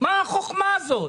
מה החכמה הזאת?